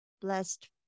Blessed